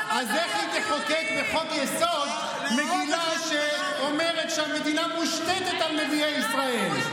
אז איך תחוקק בחוק-יסוד מגילה שאומרת שהמדינה מושתתת על נביאי ישראל?